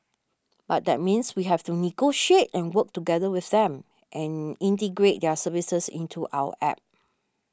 but that means we have to negotiate and work together with them and integrate their services into our App